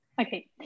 Okay